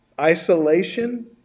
isolation